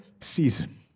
season